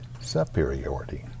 superiority